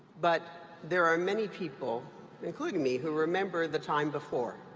but there are many people including me who remember the time before.